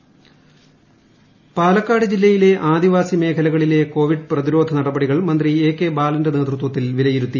ബാലൻ പാലക്കാട് പാലക്കാട് ജില്ലയിലെ ആദിവാസി മേഖലകളിലെ കോവിഡ് പ്രതിരോധ നടപടികൾ മന്ത്രി എ കെ ബാലന്റെ നേതൃത്വത്തിൽ വിലയിരുത്തി